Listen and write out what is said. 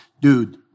dude